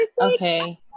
okay